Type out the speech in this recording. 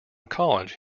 college